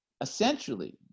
essentially